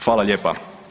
Hvala lijepa.